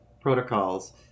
protocols